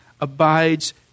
abides